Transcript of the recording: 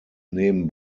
nehmen